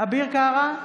אביר קארה,